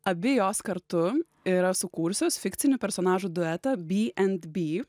abi jos kartu yra sukūrusios fikcinių personažų duetą by end by